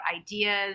ideas